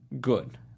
good